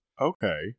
okay